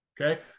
okay